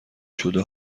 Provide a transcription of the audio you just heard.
شده